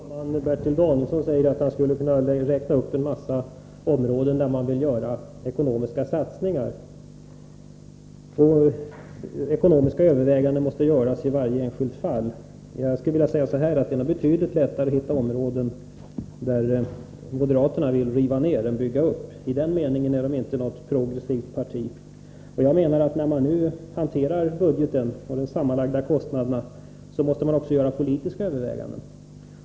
Herr talman! Bertil Danielsson säger att han skulle kunna räkna upp en mängd områden där man vill göra ekonomiska satsningar, men att ekonomiska avvägningar måste göras i varje enskilt fall. Jag skulle vilja säga att det nog är betydligt lättare att finna områden där moderaterna vill riva ner än områden där de vill bygga upp. I den meningen är deras parti inte progressivt. Jag menar att man när man nu budgetmässigt hanterar de sammanlagda kostnaderna också måste göra de politiska övervägandena.